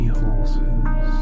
horses